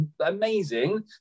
amazing